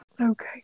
Okay